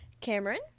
Cameron